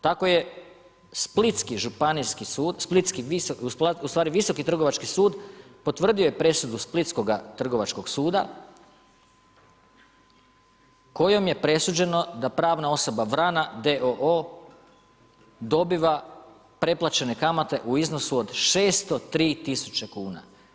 Tako je splitski Županijski sud, splitski Visoki, ustvari Visoki trgovački sud, potvrdio je presudu splitskoga Trgovačkog suda, kojom je presuđeno da pravna osoba Vrana d.o.o. dobiva preplaćene kamate u iznosu od 603000 kn.